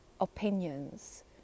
opinions